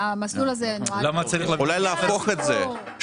אולי להפוך את זה,